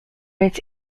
its